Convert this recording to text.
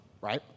right